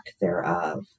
thereof